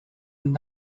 and